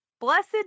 blessed